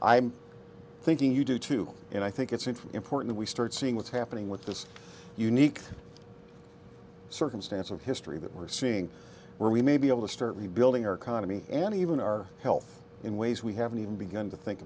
i'm thinking you do too and i think it's an important we start seeing what's happening with this unique circumstance of history that we're seeing where we may be able to start rebuilding our economy and even our health in ways we haven't even begun to think